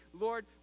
Lord